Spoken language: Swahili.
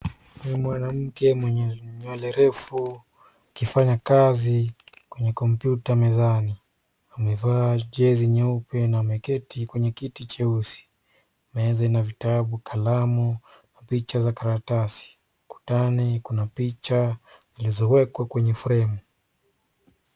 Ni mwanamke mwenye nywele refu akifanya kazi kwenye kompyuta mezani. Amevaa jezi nyeupe na ameketi kwenye kiti cheusi. Meza ina vitabu, kalamu na picha za karatasi. Ukutani kuna picha zilizowekwa kwenye fremu.